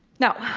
now,